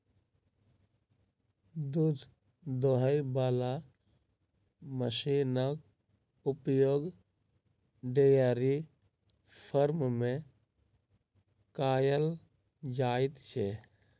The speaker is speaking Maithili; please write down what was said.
दूध दूहय बला मशीनक उपयोग डेयरी फार्म मे कयल जाइत छै